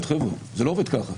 חבר'ה, זה לא עובד ככה.